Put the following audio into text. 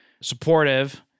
supportive